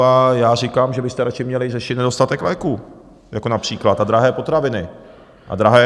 A já říkám, že byste radši měli řešit nedostatek léků jako například, a drahé potraviny a drahé energie.